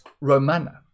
Romana